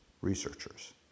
researchers